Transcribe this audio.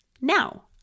Now